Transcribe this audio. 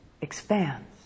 expands